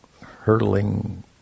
hurtling